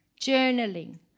journaling